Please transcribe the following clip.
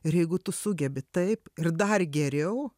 ir jeigu tu sugebi taip ir dar geriau